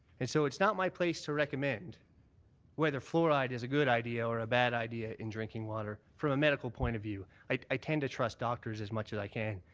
and so it's not my place to recommend whether fluoride is a good idea or a bad idea in drinking water from a medical point of view. i tend to trust doctors as much as i can.